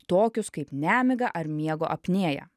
tokius kaip nemiga ar miego apnėja